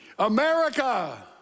America